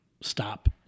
stop